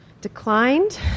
declined